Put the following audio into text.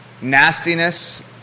nastiness